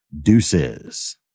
Deuces